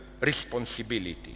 responsibility